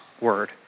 word